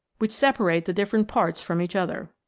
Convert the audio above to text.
which separate the different parts from each other.